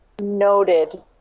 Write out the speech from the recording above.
noted